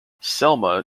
selma